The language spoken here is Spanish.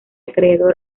acreedor